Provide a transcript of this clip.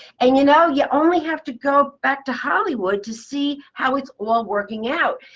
and you know you only have to go back to hollywood to see how it's all working out.